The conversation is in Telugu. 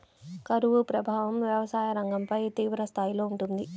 కరువు ప్రభావం వ్యవసాయ రంగంపై తీవ్రస్థాయిలో ఉంటుంది